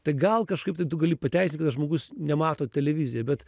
tai gal kažkaip tai tu gali pateisint kada žmogus nemato televizija bet